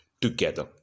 together